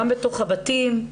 גם בתוך הבתים.